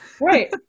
Right